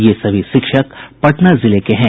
ये सभी शिक्षक पटना जिले के हैं